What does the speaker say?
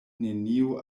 neniu